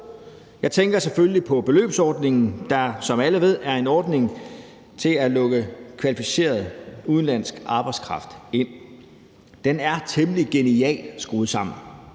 Jeg tænker selvfølgelig på beløbsordningen, der, som alle ved, er en ordning til at lukke kvalificeret udenlandsk arbejdskraft ind. Den er temmelig genialt skruet sammen,